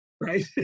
right